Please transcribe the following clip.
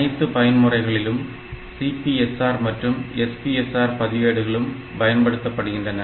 அனைத்து பயன் முறைகளிலும் CPSR மற்றும் SPSR பதிவேடுகளும் பயன்படுத்தப்படுகின்றன